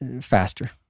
faster